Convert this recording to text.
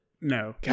No